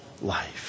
life